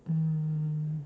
mm